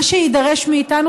מה שיידרש מאיתנו,